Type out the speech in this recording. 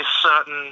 certain